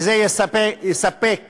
וזה יספק